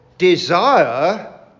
Desire